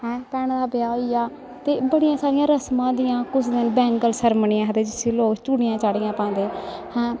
हैं भैना दा ब्याह होई गेआ ते बड़ियां सारियां रसमां होंदियां कुसै दिन बैंगल सैरमनी आखदे जिस्सी लोक चूड़ियां चाड़ियां पांदे हैं